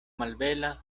malbela